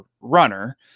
runner